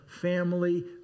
family